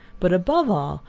but, above all,